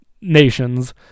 nations